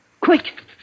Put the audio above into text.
Quick